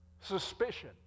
suspicion